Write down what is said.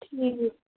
ٹھیٖک